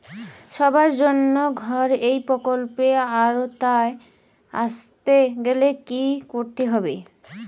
সবার জন্য ঘর এই প্রকল্পের আওতায় আসতে গেলে কি করতে হবে?